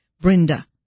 Brenda